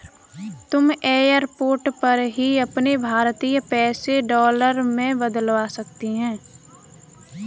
तुम एयरपोर्ट पर ही अपने भारतीय पैसे डॉलर में बदलवा सकती हो